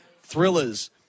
Thrillers